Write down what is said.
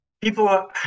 people